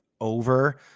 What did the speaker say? over